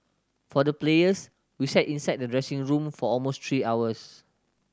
for the players we sat inside the dressing room for almost three hours